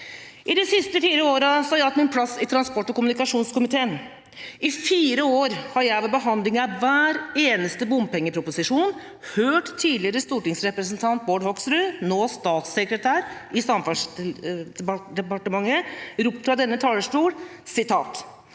I de siste fire årene har jeg hatt min plass i transport- og kommunikasjonskomiteen. I fire år har jeg ved behandling av hver eneste bompengeproposisjon hørt tidligere stortingsrepresentant Bård Hoksrud, nå statssekretær i Samferdselsdepartementet, rope fra denne talerstol at